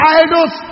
idols